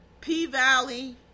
P-Valley